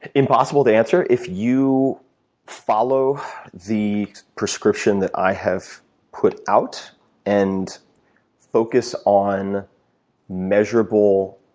impossible to answer. if you follow the prescription that i have put out and focus on measurable